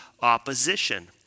opposition